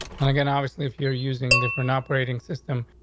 and again, obviously, if you're using different operating system,